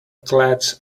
clutch